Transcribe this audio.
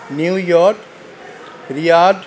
new York Riyad